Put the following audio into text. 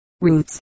roots